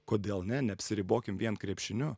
kodėl ne neapsiribokim vien krepšiniu